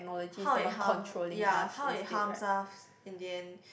how it harms ya how it harms us in the end